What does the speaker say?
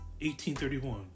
1831